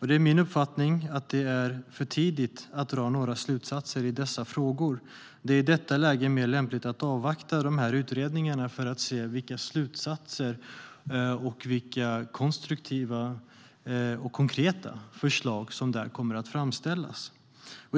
Det är min uppfattning att det är för tidigt att dra några slutsatser i dessa frågor. Det är i detta läge mer lämpligt att avvakta utredningarna för att se vilka slutsatser samt vilka konstruktiva och konkreta förslag som där kommer att framställas.